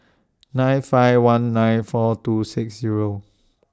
nine five one nine four two six Zero